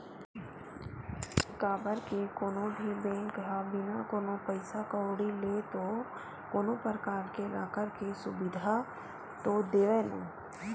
काबर के कोनो भी बेंक ह बिना कोनो पइसा कउड़ी ले तो कोनो परकार ले लॉकर के सुबिधा तो देवय नइ